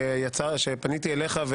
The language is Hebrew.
שפניתי אליך.